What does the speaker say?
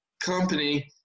company